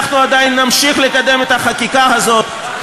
אנחנו עדיין נמשיך לקדם את החקיקה הזאת.